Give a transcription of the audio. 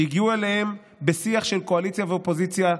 הגיעו אליהם בשיח של קואליציה ואופוזיציה,